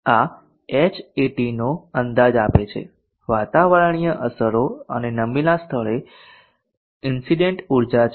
આ Hatનો અંદાજ આપે છે વાતાવરણીય અસરો અને નમેલા સ્થળે ઇન્સીડેંટ ઊર્જા છે